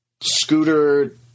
Scooter